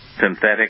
synthetic